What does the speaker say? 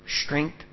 strength